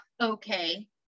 okay